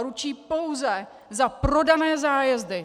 Ručí pouze za prodané zájezdy.